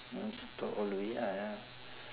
!huh! talk all the way ya ya